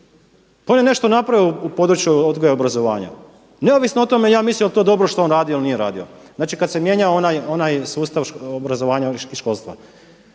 on je nešto napravio u području odgoja i obrazovanja neovisno o tome ja mislio jel' to dobro što je on radio ili nije radio. Znači, kad se mijenjao onaj sustav obrazovanja školstva.